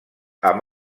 amb